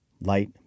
Light